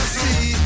see